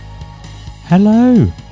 Hello